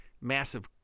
massive